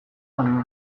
baino